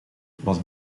was